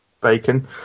bacon